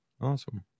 Awesome